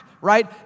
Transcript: right